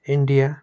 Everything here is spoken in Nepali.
इन्डिया